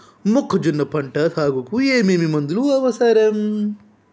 మొక్కజొన్న పంట సాగుకు ఏమేమి మందులు అవసరం?